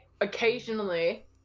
Occasionally